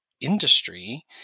industry